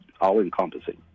all-encompassing